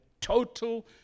total